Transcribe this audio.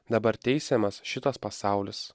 dabar teisiamas šitas pasaulis